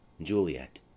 Juliet